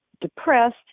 depressed